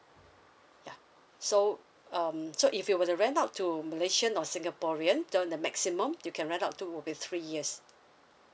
ya so um so if you were to rent out to malaysian or singaporean then the maximum you can rent out to will be three years